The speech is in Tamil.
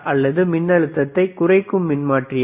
அல்லது மின் அழுத்தத்தை குறைக்கும் மின்மாற்றியா